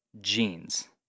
jeans